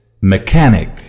Mechanic